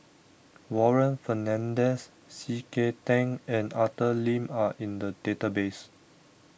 Warren Fernandez C K Tang and Arthur Lim are in the database